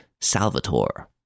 Salvatore